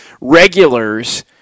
regulars